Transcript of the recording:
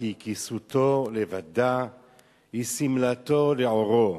"כי היא כסותֹה לבדה היא שמלתו לעֹרו,